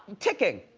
ticking.